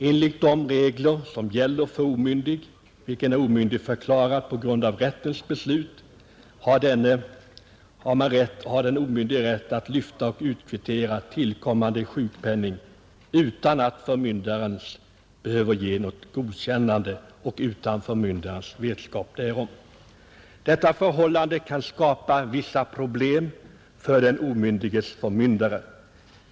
Enligt gällande regler får person som är omyndigförklarad på grund av rättens beslut lyfta och utkvittera honom tillkommande sjukpenning utan förmyndares godkännande och vetskap. Detta förhållande kan skapa vissa problem för den omyndiges förmyndare.